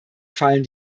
fallen